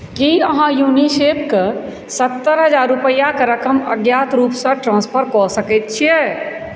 की अहाँ यूनिसेफके सत्तरि हजार रुपैआके रकम अज्ञात रूपसँ ट्रान्सफर कऽ सकैत छियै